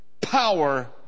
power